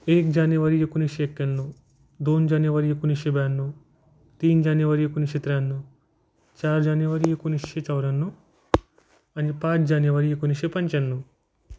एक जानेवारी एकोणीसशे एक्याण्णव दोन जानेवारी एकोणीसशे ब्याण्णव तीन जानेवारी एकोणीसशे त्र्याण्णव चार जानेवारी एकोणीसशे चौऱ्याण्णव आणि पाच जानेवारी एकोणीसशे पंच्याण्णव